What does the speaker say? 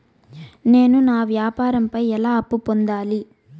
నేను నా వ్యాపారం పై ఎలా అప్పు పొందాలి?